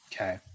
Okay